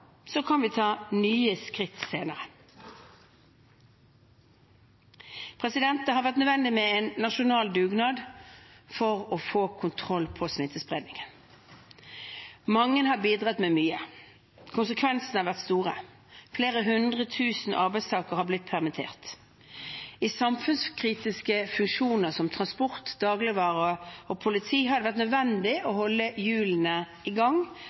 kan vi ta nye skritt senere. Det har vært nødvendig med en nasjonal dugnad for å få kontroll på smittespredningen. Mange har bidratt med mye, og konsekvensene har vært store. Flere hundre tusen arbeidstakere har blitt permittert. I samfunnskritiske funksjoner, som transport, dagligvare og politi, har det vært nødvendig å holde hjulene i gang,